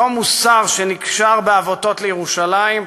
אותו מוסר שנקשר בעבותות לירושלים,